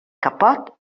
capot